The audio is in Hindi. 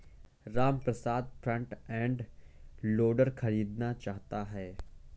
रामप्रसाद फ्रंट एंड लोडर खरीदना चाहता है